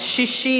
60,